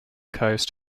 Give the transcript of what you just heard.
coast